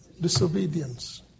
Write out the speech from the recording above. disobedience